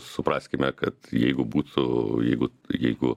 supraskime kad jeigu būtų jeigu jeigu